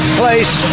place